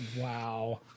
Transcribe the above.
Wow